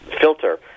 filter